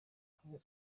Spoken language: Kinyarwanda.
abe